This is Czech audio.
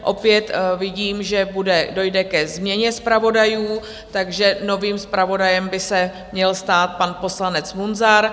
Opět vidím, že dojde ke změně zpravodajů, takže novým zpravodajem by se měl stát pan poslanec Munzar.